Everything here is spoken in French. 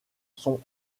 son